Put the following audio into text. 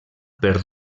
per